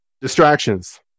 Distractions